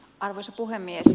arvoisa puhemies